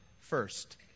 first